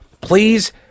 please